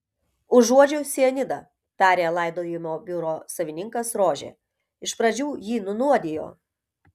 užuodžiu cianidą tarė laidojimo biuro savininkas rožė iš pradžių jį nunuodijo